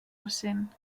recent